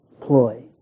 ploy